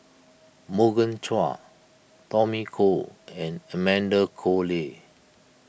Morgan Chua Tommy Koh and Amanda Koe Lee